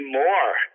more